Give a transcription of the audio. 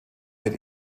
mit